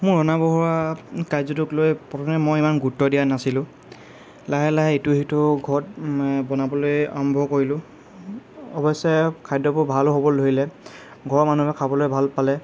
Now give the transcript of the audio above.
মই ৰন্ধা বঢ়া কাৰ্যটোক লৈ প্ৰথমে মই ইমান গুৰুত্ৱ দিয়া নাছিলোঁ লাহে লাহে ইটো সিটো ঘৰত বনাবলৈ আৰম্ভ কৰিলোঁ অৱশ্যে খাদ্যবোৰ ভালো হ'বলৈ ধৰিলে ঘৰৰ মানুহে খাবলৈ ভাল পালে